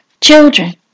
Children